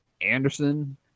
Anderson